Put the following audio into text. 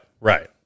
right